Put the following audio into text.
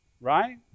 right